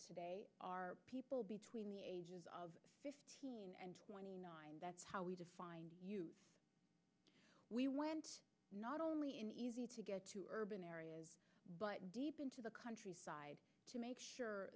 today are people between the ages of fifteen and twenty nine that's how we define you we went not only in easy to get to urban areas but deep into the countryside to make sure